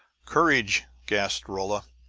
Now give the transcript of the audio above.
courage! gasped rolla.